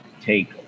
take